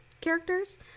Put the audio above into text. characters